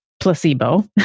placebo